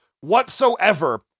whatsoever